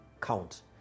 count